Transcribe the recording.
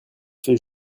fait